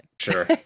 Sure